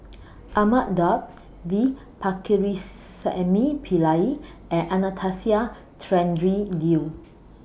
Ahmad Daud V Pakirisamy Pillai and Anastasia Tjendri Liew